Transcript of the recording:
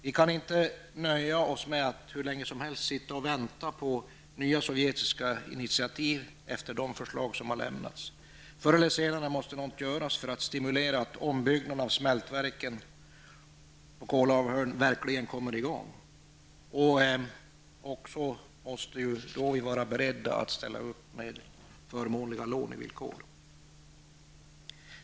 Vi kan inte nöja oss med att hur länge som helst sitta och vänta på nya sovjetiska initiativ efter de förslag som har lämnats. Förr eller senare måste något göras för att arbetet med ombyggnaderna av smältverken verkligen skall komma i gång. Vi måste också vara beredda på att vi måste ställa upp med förmånliga lånevillkor.